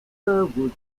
burwood